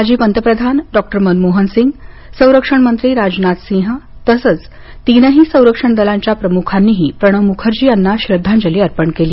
माजी पंतप्रधान डॉ मनमोहन सिंग संरक्षण मंत्री राजनाथ सिंह तसंच तीनही संरक्षण दलांच्या प्रमुखांनीही प्रणव मुखर्जी यांना श्रद्धांजली अर्पण केली